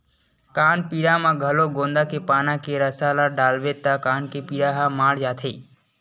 कान पीरा म घलो गोंदा के पाना के रसा ल डालबे त कान के पीरा ह माड़ जाथे